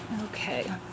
Okay